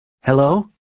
Hello